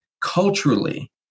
culturally